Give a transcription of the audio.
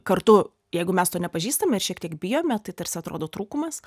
kartu jeigu mes nepažįstame ir šiek tiek bijome tai tarsi atrodo trūkumas